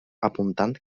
apuntant